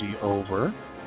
over